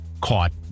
caught